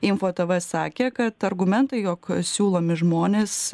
info tv sakė kad argumentai jog siūlomi žmonės